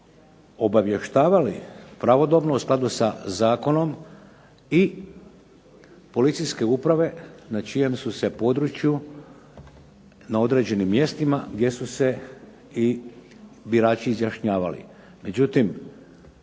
obavještavali pravodobno u skladu sa zakonom, i policijske uprave na čijem su se području, na određenim mjestima gdje su se i birači izjašnjavali.